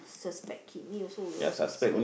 suspect kidney also we also scared